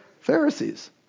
Pharisees